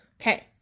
Okay